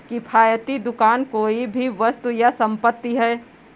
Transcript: किफ़ायती दुकान कोई भी वस्तु या संपत्ति है